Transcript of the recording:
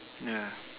yeah